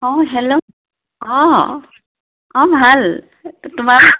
অঁ হেল্ল' অঁ অঁ ভাল তোমাৰ